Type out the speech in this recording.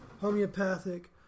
Homeopathic